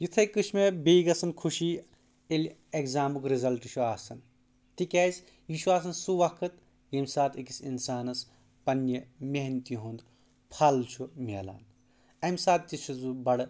یِتھٕے کٔنۍ چھِ مےٚ بیٚیہِ گژھَان خوشی ییٚلہِ اَیٚگزَامُک رِزَلٹہٕ چھُ آسَان تِکیازِ یہِ چھُ آسَان سُہ وَقت ییٚمہِ ساتہٕ أکِس اِنسانَس پَنٛنہِ مٮ۪حَنتہِ ہُنٛد پھل چھُ مِلان اَمہِ ساتہٕ تہِ چھُس بہٕ بڑٕ